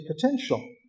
potential